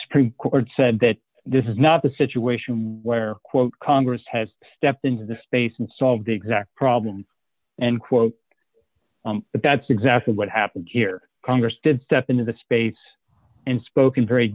supreme court said that this is not a situation where quote congress has stepped into this space and solved the exact problem and quote that that's exactly what happened here congress did step into that space and spoken very